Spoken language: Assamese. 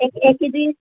এক এক কে জি